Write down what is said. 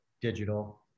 digital